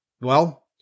Well